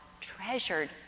treasured